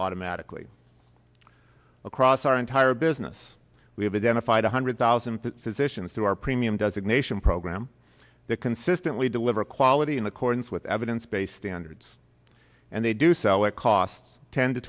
automatically across our entire business we have identified one hundred thousand physicians through our premium designation program that consistently deliver quality in accordance with evidence based standards and they do so it costs ten to